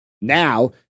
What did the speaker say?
Now